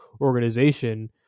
organization